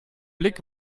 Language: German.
blick